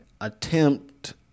attempt